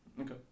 okay